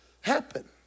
happen